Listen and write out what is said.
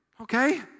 Okay